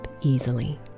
easily